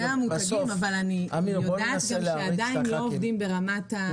זה המותגים אבל אני יודע שעדיין לא עובדים ברמת האזור.